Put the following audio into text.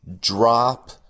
drop